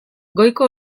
goiko